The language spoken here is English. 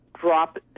drop